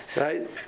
right